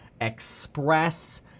Express